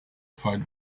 fight